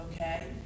Okay